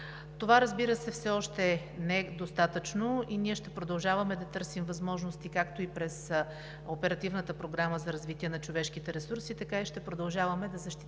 Това, разбира се, все още не е достатъчно и ние ще продължаваме да търсим възможности както и през Оперативната програма за развитие на човешките ресурси, така ще продължаваме да защитаваме